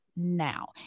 now